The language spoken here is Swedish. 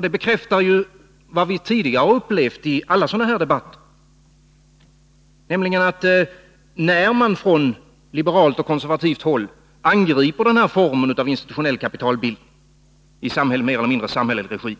Det bekräftar vad vi tidigare har upplevt i alla sådana här debatter, nämligen att när man från liberalt och konservativt håll angriper den här formen av instutitionell kapitalbildning i mer eller mindre samhällelig regi